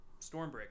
Stormbreaker